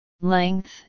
length